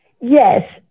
Yes